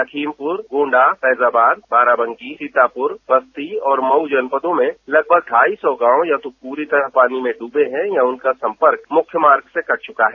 लखीमपुर गोंडा फैजाबाद बाराबंकी सीतापुर बस्ती और मऊ जनपदों में लगभग ढाई सौ गांव या तो पूरी तरह पानी में डूबे हैं या उनका संपर्क मुख्य मार्ग से कट चुका है